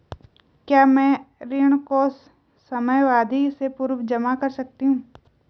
क्या मैं ऋण को समयावधि से पूर्व जमा कर सकती हूँ?